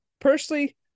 Personally